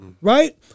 Right